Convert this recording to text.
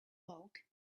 bulk